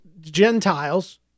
Gentiles